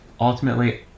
ultimately